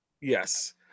yes